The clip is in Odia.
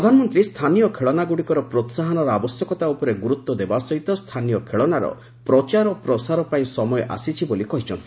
ପ୍ରଧାନମନ୍ତ୍ରୀ ସ୍ଥାନୀୟ ଖେଳନାଗୁଡ଼ିକର ପ୍ରୋହାହନର ଆବଶ୍ୟକତା ଉପରେ ଗୁରୁତ୍ୱ ଦେବାସହିତ ସ୍ଥାନୀୟ ଖେଳନାର ପ୍ରଚାର ପ୍ରସାର ପାଇଁ ସମୟ ଆସିଯାଇଛି ବୋଲି କହିଛନ୍ତି